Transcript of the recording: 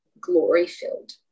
glory-filled